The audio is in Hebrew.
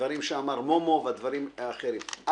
לדברים שאמר מומו נקווה ולדברים אחרים שנאמרו.